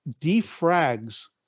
defrag's